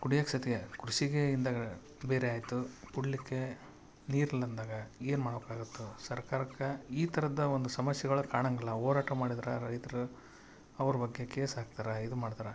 ಕುಡಿಯಕ್ಕೆ ಸಹಿತಾಗಿ ಕೃಷಿಗೇ ಇಂದ ಬೇರೆ ಆಯಿತು ಕುಡಿಲಿಕ್ಕೆ ನೀರು ಇಲ್ಲ ಅಂದಾಗ ಏನು ಮಾಡಬೇಕಾಗಿತ್ತು ಸರ್ಕಾರಕ್ಕೆ ಈ ಥರದ ಒಂದು ಸಮಸ್ಯೆಗಳು ಕಾಣೊಂಗಿಲ್ಲ ಹೋರಾಟ ಮಾಡಿದ್ರೆ ರೈತ್ರು ಅವ್ರ ಬಗ್ಗೆ ಕೇಸ್ ಹಾಕ್ತಾರೆ ಇದು ಮಾಡ್ತಾರೆ